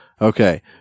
Okay